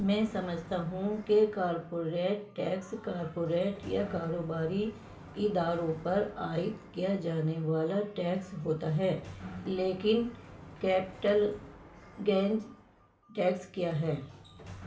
میں سمجھتا ہوں کے کارپوریٹ ٹیکس کارپوریٹ یا کاروباری اداروں پر عائد کیا جانے والا ٹیکس ہوتا ہے لیکن کیپٹل گینز ٹیکس کیا ہے